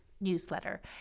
newsletter